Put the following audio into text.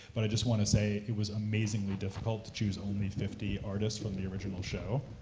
but i just want to say it was amazingly difficult to choose only fifty artists from the original show,